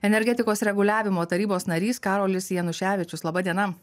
energetikos reguliavimo tarybos narys karolis januševičius laba diena